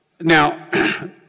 Now